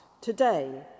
today